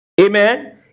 Amen